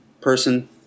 person